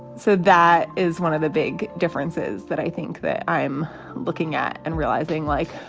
so that is one of the big differences that i think that i'm looking at and realizing like,